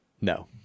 No